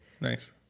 Nice